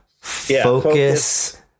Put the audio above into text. focus